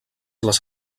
les